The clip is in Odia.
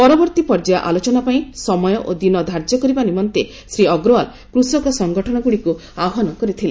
ପରବର୍ତ୍ତୀ ପର୍ଯ୍ୟାୟ ଆଲୋଚନା ପାଇଁ ସମୟ ଓ ଦିନ ଧାର୍ଯ୍ୟ କରିବା ନିମନ୍ତେ ଶ୍ରୀ ଅଗ୍ରୱାଲ୍ କୃଷକ ସଙ୍ଗଠନଗୁଡ଼ିକୁ ଆହ୍ବାନ କରିଥିଲେ